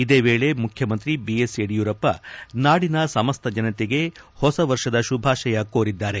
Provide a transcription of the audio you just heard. ಇದೇ ವೇಳೆ ಮುಖ್ಯಮಂತ್ರಿ ಬಿ ಎಸ್ ಯಡಿಯೂರಪ್ಪ ನಾಡಿನ ಸಮಸ್ತ ಜನತೆಗೆ ಹೊಸ ವರ್ಷದ ಶುಭಾಶಯ ಕೋರಿದ್ದಾರೆ